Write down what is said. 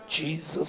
Jesus